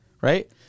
right